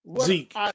Zeke